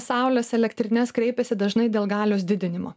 saulės elektrines kreipiasi dažnai dėl galios didinimo